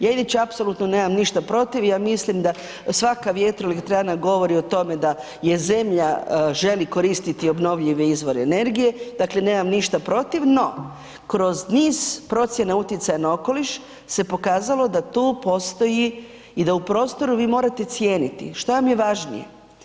Ja inače apsolutno nemam ništa protiv, ja mislim da svaka vjetroelektrana govori o tome da je zemlja želi koristiti obnovljive izvore energije, dakle nemam ništa protiv, no kroz niz procjena utjecaja na okoliš se pokazalo da tu postoji i da u prostoru vi morate cijeniti šta vam je važnije.